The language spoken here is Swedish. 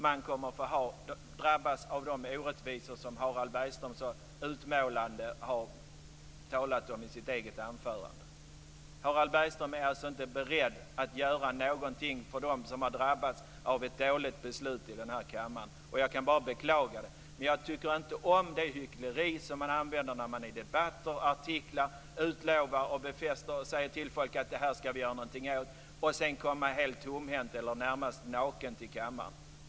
Man kommer att drabbas av de orättvisor som Harald Bergström så målande har beskrivit i sitt eget anförande. Harald Bergström är alltså inte beredd att göra någonting för dem som har drabbats av ett dåligt beslut i den här kammaren. Jag kan bara beklaga detta. Men jag tycker inte om det hyckleri som man använder sig av när man i debatter och artiklar utlovar och säger till folk att det här skall vi göra något åt och sedan kommer helt tomhänt, eller närmast naken, till kammaren.